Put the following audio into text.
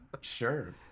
sure